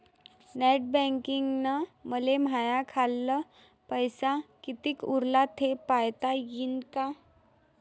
Net बँकिंगनं मले माह्या खाल्ल पैसा कितीक उरला थे पायता यीन काय?